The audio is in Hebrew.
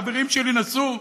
חברים שלי נסעו?